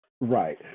Right